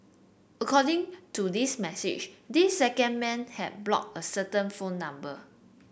according to this message this second man had blocked a certain phone number